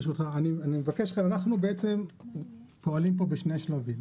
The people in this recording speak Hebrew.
אנחנו פועלים כאן בשני שלבים.